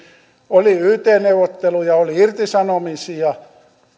oli yt neuvotteluja oli irtisanomisia